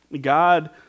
God